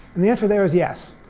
and the answer there is yes